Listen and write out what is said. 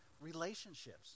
Relationships